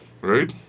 right